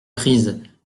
prises